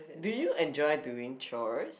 do you enjoy doing chores